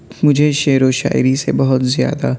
مجھے شعر وشاعری سے بہت زیادہ